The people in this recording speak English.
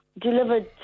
delivered